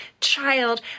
child